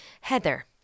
Heather